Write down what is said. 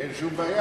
אין שום בעיה,